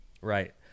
Right